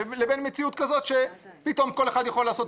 לבין מציאות כזאת שפתאום כל אחד יכול לעשות